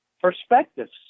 perspectives